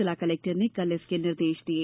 जिला कलेक्टर ने कल इसके निर्देश दिये